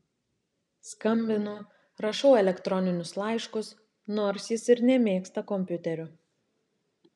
skambinu rašau elektroninius laiškus nors jis ir nemėgsta kompiuterių